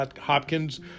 Hopkins